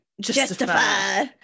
Justify